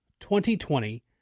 2020